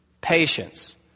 patience